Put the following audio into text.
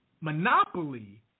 monopoly